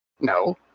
No